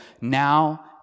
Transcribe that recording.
now